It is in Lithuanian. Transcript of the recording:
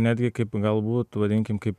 netgi kaip galbūt vadinkim kaip